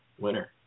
winner